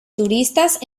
turistas